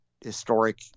historic